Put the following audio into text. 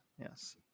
yes